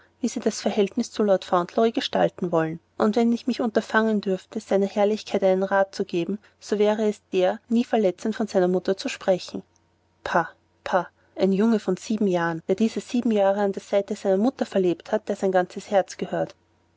wie sie das verhältnis zu lord fauntleroy gestalten wollen und wenn ich mich unterfangen dürfte eurer herrlichkeit einen rat zu geben so wäre es der nie verletzend von seiner mutter zu sprechen pah pah ein junge von sieben jahren der diese sieben jahre an der seite einer mutter verlebt hat der sein ganzes herz gehört